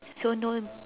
so no